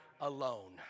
alone